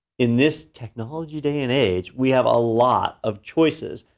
in this technology day and age, we have a lot of choices.